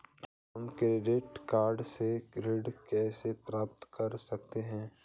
हम credit card से ऋण कैसे प्राप्त कर सकते हैं?